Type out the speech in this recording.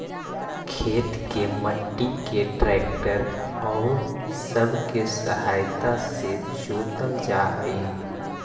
खेत के मट्टी के ट्रैक्टर औउर सब के सहायता से जोतल जा हई